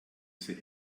sie